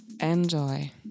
Enjoy